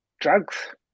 drugs